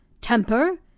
temper